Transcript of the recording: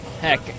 heck